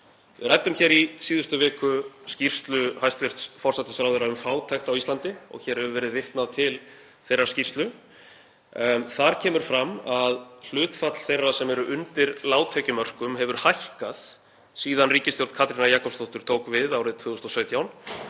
ræddum hér í síðustu viku skýrslu hæstv. forsætisráðherra um fátækt á Íslandi og hér hefur verið vitnað til þeirrar skýrslu. Þar kemur fram að hlutfall þeirra sem eru undir lágtekjumörkum hefur hækkað síðan ríkisstjórn Katrínar Jakobsdóttur tók við árið 2017